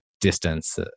distance